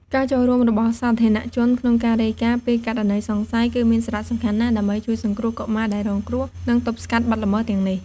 ការចូលរួមរបស់សាធារណជនក្នុងការរាយការណ៍ពីករណីសង្ស័យ គឺមានសារៈសំខាន់ណាស់ ដើម្បីជួយសង្គ្រោះកុមារដែលរងគ្រោះ និងទប់ស្កាត់បទល្មើសទាំងនេះ។